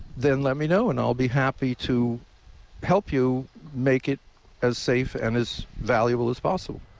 then let me know and i'll be happy to help you make it as safe and as valuable as possible.